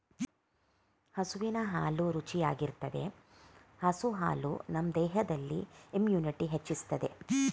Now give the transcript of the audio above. ಹಸುವಿನ ಹಾಲು ರುಚಿಯಾಗಿರ್ತದೆ ಹಸು ಹಾಲು ನಮ್ ದೇಹದಲ್ಲಿ ಇಮ್ಯುನಿಟಿನ ಹೆಚ್ಚಿಸ್ತದೆ